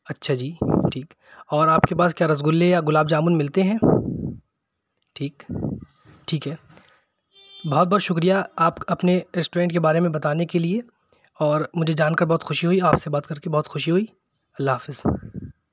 اچھا جی ٹھیک اور آپ کے پاس کیا رس گلے یا گلاب جامن ملتے ہیں ٹھیک ٹھیک ہے بہت بہت شکریہ آپ اپنے ریسٹورنٹ کے بارے میں بتانے کے لیے اور مجھے جان کر بہت خوشی ہوئی آپ سے بات کر کے بہت خوشی ہوئی اللہ حافظ